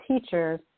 teachers